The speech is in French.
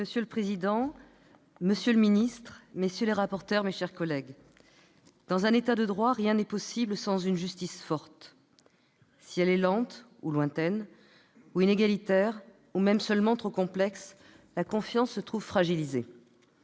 Monsieur le président, monsieur le secrétaire d'État, madame, messieurs les rapporteurs, mes chers collègues, « Dans un État de droit, rien n'est possible sans une justice forte. Si elle est lente, ou lointaine, ou inégalitaire, ou même seulement trop complexe, la confiance se trouve fragilisée.